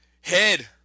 head